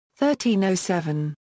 1307